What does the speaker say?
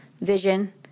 vision